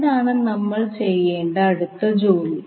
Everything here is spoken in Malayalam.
എന്താണ് നമ്മൾ ചെയ്യേണ്ട അടുത്ത ജോലി